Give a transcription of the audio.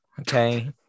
okay